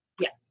Yes